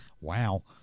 wow